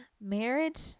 marriage